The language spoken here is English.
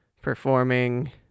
performing